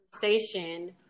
conversation